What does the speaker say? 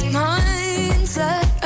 mindset